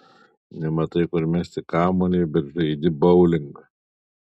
nematai kur mesti kamuolį bet žaidi boulingą